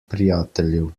prijateljev